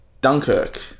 dunkirk